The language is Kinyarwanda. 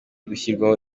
gushyirwaho